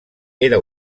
era